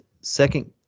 second